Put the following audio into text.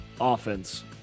offense